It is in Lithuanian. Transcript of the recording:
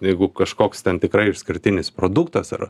jeigu kažkoks ten tikrai išskirtinis produktas ar